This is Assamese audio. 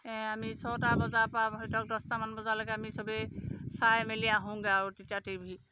আমি ছটা বজাৰ পৰা ধৰি লওক দছটামান বজালৈকে আমি চবেই চাই মেলি আহোঁগৈ আৰু তেতিয়া টিভি